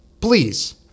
please